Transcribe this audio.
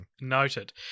Noted